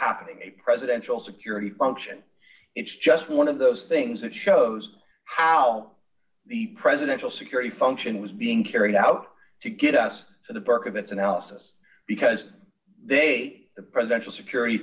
happening a presidential security function it's just one of those things that shows how the presidential security function was being carried out to get us to the berkovitz analysis because they the presidential security